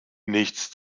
nichts